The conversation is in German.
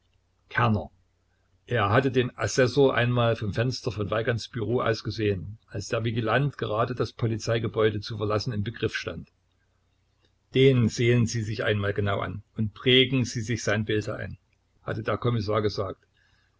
kerner er hatte den assessor einmal vom fenster von weigands büro aus gesehen als der vigilant gerade das polizeigebäude zu verlassen im begriff stand den sehen sie sich einmal genau an und prägen sie sich sein bild ein hatte der kommissar gesagt